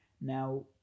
now